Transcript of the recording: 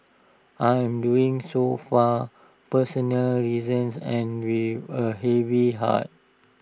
I am doing so personal reasons and with A heavy heart